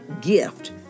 gift